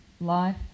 life